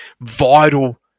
vital